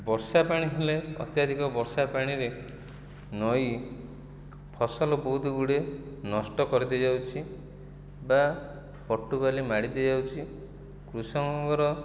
ବର୍ଷା ପାଣି ହେଲେ ଅତ୍ୟାଧିକ ବର୍ଷା ପାଣିରେ ନଈ ଫସଲ ବହୁତ ଗୁଡ଼ିଏ ନଷ୍ଟ କରିଦେଇଯାଉଛି ବା ପଟୁ ବାଲି ମାଡ଼ିଦେଇଯାଉଛି କୃଷକଙ୍କର